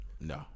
no